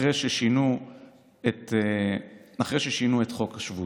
אחרי ששינו את חוק השבות: